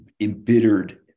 embittered